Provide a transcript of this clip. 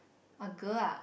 orh girl ah